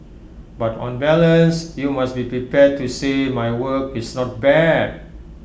but on balance you must be prepared to say my work is not bad